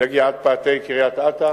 יגיע עד פאתי קריית-אתא,